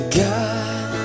god